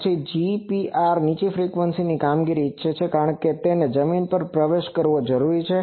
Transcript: પછી GPR પણ નીચી ફ્રીકવન્સીની કામગીરી ઇચ્છે છે કારણ કે તેને જમીન પર પ્રવેશ કરવો જરૂરી છે